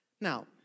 Now